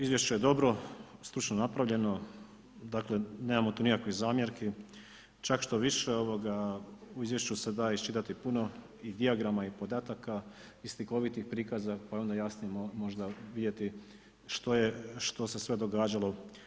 Izvješće je dobro, stručno napravljeno, dakle nemamo tu nikakvih zamjerki, čak štoviše u izvješću se da iščitati puno i dijagrama i podataka i slikovitih prikaza pa je onda jasnije vidjeti što se sve događalo.